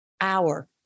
hour